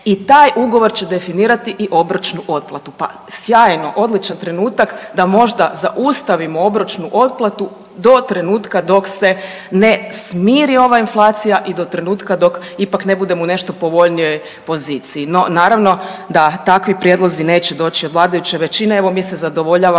i taj ugovor će definirati i obročnu otplatu. Pa sjajno, odličan trenutak da možda zaustavimo obročnu otplatu do trenutka dok se ne smiri ova inflacija i do trenutka dok ipak ne budemo u nešto povoljnijoj poziciji. No, naravno da takvi prijedlozi neće doći od vladajuće većine. Evo, mi se zadovoljavamo